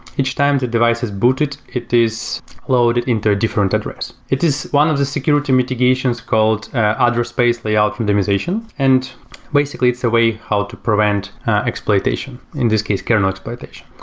each time the device is booted, it is loaded into a different address. it is one of the security mitigations called address space, layout randomization. and basically, it's a way how to prevent exploitation. in this case, kernel exploitation.